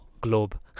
Globe